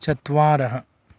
चत्वारः